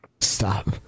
Stop